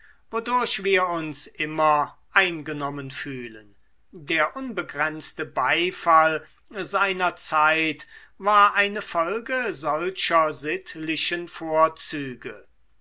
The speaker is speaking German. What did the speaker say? wodurch wir uns immer eingenommen fühlen der unbegrenzte beifall seiner zeit war eine folge solcher sittlichen vorzüge